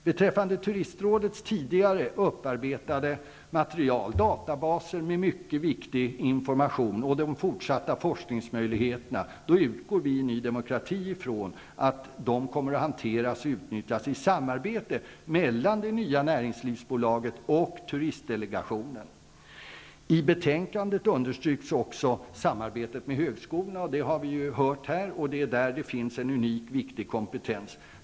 Beträffande Turistrådets tidigare upparbetade material, databaser med mycket viktig information, och de fortsatta forskningsmöjligheterna utgår vi i Ny demokrati från att de kommer att hanteras och utnyttjas i samarbete mellan det nya näringslivsbolaget och turistdelegationen. I betänkandet understryks också samarbetet med högskolorna. Det har vi hört här. Det är där det finns en unik och viktig kompetens.